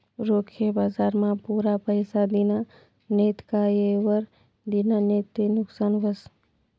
रोखे बजारमा पुरा पैसा दिना नैत का येयवर दिना नैत ते नुकसान व्हस